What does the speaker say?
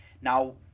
Now